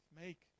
make